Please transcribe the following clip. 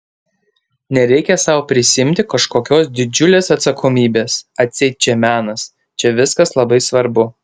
nereikia sau prisiimti kažkokios didžiulės atsakomybės atseit čia menas čia viskas labai svarbu